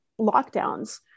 lockdowns